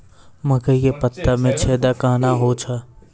मकई के पत्ता मे छेदा कहना हु छ?